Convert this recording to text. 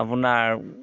আপোনাৰ